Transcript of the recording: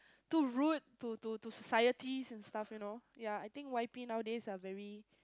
too rude to to to society and stuff you know ya I think Y_P nowadays are very